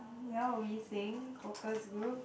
ya were we saying focus group